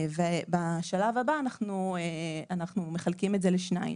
ובשלב הבא אנחנו מחלקים את זה לשניים: